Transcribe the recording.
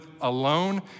alone